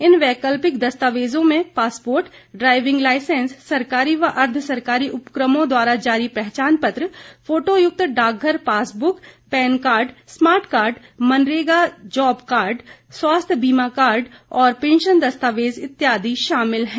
इन वैकल्पिक दस्तावेजों में पासपोर्ट ड्राईविंग लाइसेंस सरकारी व अर्ध सरकारी उपकमों द्वारा जारी पहचान पत्र फोटो युक्त डाकघर passbook PAN card smart card MNREGA job card स्वास्थ्य बीमा स्मार्ट कार्ड और पैंशन दस्तावेज इत्यादि शामिल हैं